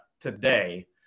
today